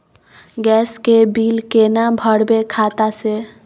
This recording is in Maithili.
गैस के बिल केना भरबै खाता से?